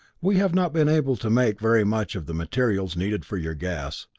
we have not been able to make very much of the materials needed for your gas,